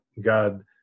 God